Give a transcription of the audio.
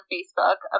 Facebook